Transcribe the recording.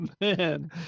man